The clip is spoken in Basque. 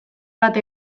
bat